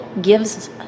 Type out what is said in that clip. gives